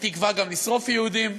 בתקווה גם לשרוף יהודים.